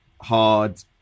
hard